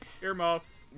Earmuffs